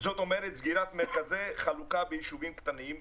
זאת אומרת, סגירת מרכזי חלוקה ביישובים קטנים,